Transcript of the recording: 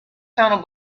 tunnel